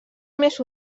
més